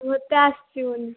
ମୋତେ ଆସିବନି